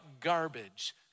garbage